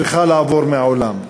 צריכה לעבור מהעולם.